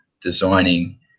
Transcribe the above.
designing